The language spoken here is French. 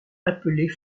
appelée